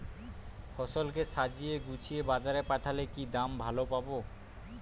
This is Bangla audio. ফসল কে সাজিয়ে গুছিয়ে বাজারে পাঠালে কি দাম ভালো পাব?